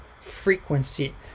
frequency